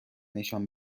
نشان